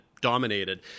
dominated